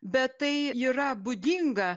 bet tai yra būdinga